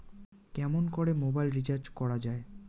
কেমন করে mobile recharge করা য়ায়?